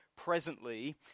presently